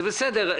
זה בסדר.